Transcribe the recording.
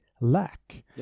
lack